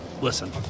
Listen